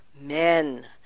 men